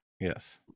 Yes